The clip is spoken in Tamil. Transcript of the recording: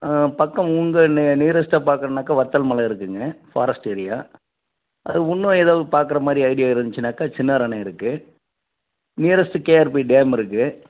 பக்கம் உங்கள் நி நியரஸ்ட்டாக பார்க்கணுனாக்கா வர்த்தல் மலை இருக்குதுங்க ஃபாரஸ்ட் ஏரியா அது இன்னும் ஏதாவது பார்க்கற மாதிரி ஐடியா இருந்துச்சுனாக்கா சின்னாரு அணை இருக்குது நியரஸ்ட்டு கேஆர்பி டேம் இருக்குது